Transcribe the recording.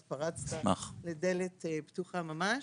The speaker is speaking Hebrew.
אז פרצת לדלת פתוחה ממש.